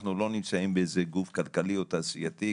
אנו לא בגוף כלכלי או תעשייתי.